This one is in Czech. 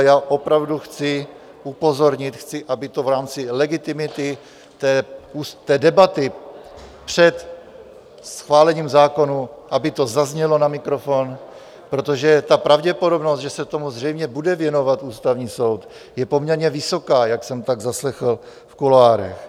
A já opravdu chci upozornit, chci, aby to v rámci legitimity té debaty před schválením zákona zaznělo na mikrofon, protože pravděpodobnost, že se tomu zřejmě bude věnovat Ústavní soud, je poměrně vysoká, jak jsem tak zaslechl v kuloárech.